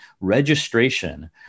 registration